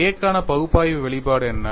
K க்கான பகுப்பாய்வு வெளிப்பாடு என்ன